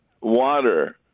water